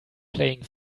playing